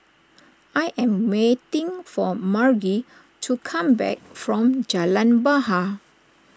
I am waiting for Margy to come back from Jalan Bahar